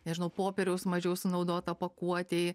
nežinau popieriaus mažiau sunaudota pakuotei